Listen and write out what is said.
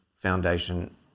foundation